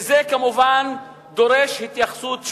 וזה כמובן דורש התייחסות שווה.